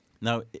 Now